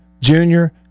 junior